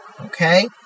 okay